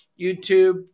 youtube